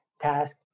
task